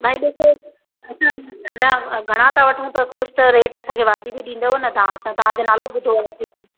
भाई ॾिसो असां ॾाढा घणा था वठूं त कुझु त रेट असांखे वाजिबी ॾींदव न तव्हां असां तव्हांजो नालो ॿुधो आहे